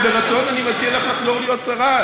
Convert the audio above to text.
ברצון אני מציע לך לחזור להיות שרה.